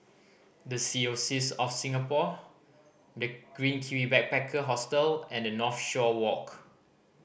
The Diocese of Singapore The Green Kiwi Backpacker Hostel and Northshore Walk